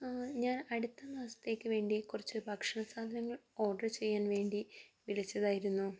ഞാൻ അടുത്ത മാസത്തേക്ക് വേണ്ടി കുറച്ച് ഭക്ഷണ സാധനങ്ങൾ ഓർഡർ ചെയ്യാൻ വേണ്ടി വിളിച്ചതായിരുന്നു